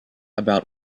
about